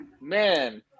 man